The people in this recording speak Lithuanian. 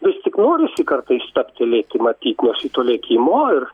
vis tik norisi kartais stabtelėti matyt nuo šito lėkimo ir